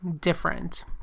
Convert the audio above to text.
different